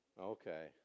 Okay